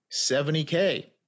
70K